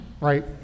right